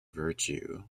virtue